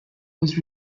was